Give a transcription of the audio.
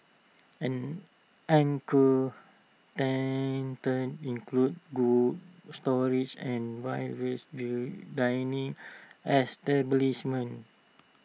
an anchor tenants include cold storage and various view dining establishments